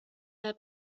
der